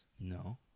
no